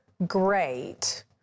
great